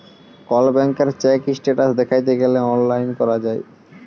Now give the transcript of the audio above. call ব্যাংকের check status দ্যাইখতে গ্যালে অললাইল ক্যরা যায়